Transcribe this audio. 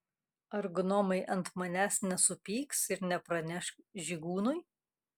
ar gnomai ant manęs nesupyks ir nepraneš žygūnui